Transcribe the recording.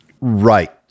Right